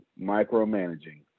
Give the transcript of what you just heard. micromanaging